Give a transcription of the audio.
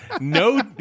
No